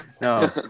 no